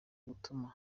gutuma